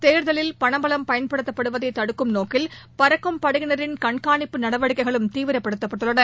தேர்தலில் பணபலம் பயன்படுத்தப்படுவதை தடுக்கும் நோக்கில் பறக்கும் படையினின் கண்காணிப்பு நடவடிக்கைகளும் தீவிரப்படுத்தப்பட்டுள்ளன